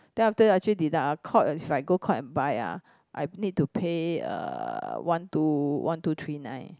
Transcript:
then after that actually deduct ah Courts is like go Courts and buy ah I need to pay uh one two one two three nine